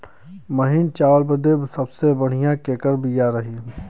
महीन चावल बदे सबसे बढ़िया केकर बिया रही?